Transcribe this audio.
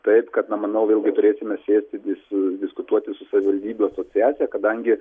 taip kad na manau vėlgi turėsime sėsti dis diskutuoti su savivaldybių asociacija kadangi